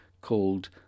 called